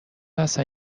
اصلا